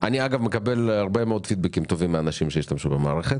אני מקבל הרבה מאוד פידבקים טובים מאנשים שהשתמשו במערכת